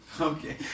okay